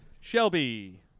Shelby